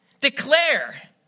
Declare